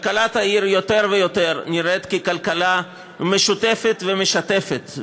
כלכלת העיר נראית יותר ויותר ככלכלה משותפת ומשתפת.